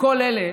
מכל אלה